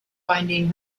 finding